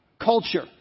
culture